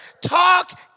talk